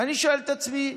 ואני שואל את עצמי: